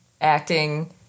acting